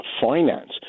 finance